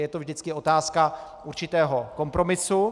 Je to vždycky otázka určitého kompromisu.